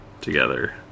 together